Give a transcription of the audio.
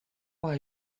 what